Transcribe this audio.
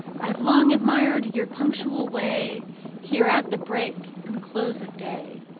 i've long admired your punctual way here at the break and close of day,